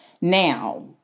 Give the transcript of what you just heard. Now